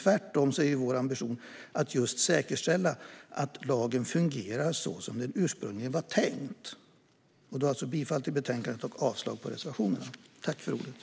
Tvärtom är vår ambition just att säkerställa att lagen fungerar så som den ursprungligen var tänkt. Jag yrkar alltså bifall till utskottets förslag i betänkandet och avslag på reservationerna.